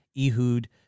Ehud